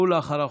ואחריו,